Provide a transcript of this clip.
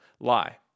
Lie